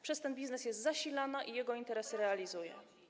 Przez ten biznes jest ona zasilana i jego interesy realizuje.